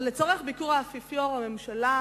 אבל לצורך ביקור האפיפיור, הממשלה